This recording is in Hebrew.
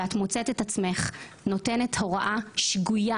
ואת מוצאת את עצמך נותנת הוראה שגויה.